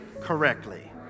correctly